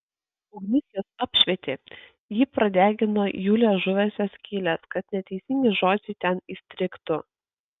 ugnis juos apšvietė ji pradegino jų liežuviuose skyles kad neteisingi žodžiai ten įstrigtų